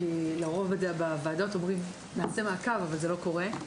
כי לרוב בוועדות אומרים שיעשו מעקב אבל זה לא קורה.